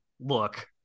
look